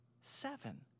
Seven